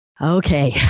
Okay